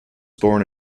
born